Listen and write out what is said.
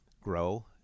grow